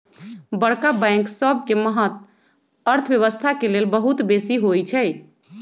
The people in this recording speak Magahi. बड़का बैंक सबके महत्त अर्थव्यवस्था के लेल बहुत बेशी होइ छइ